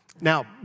Now